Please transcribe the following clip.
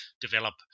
develop